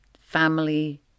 family